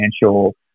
financial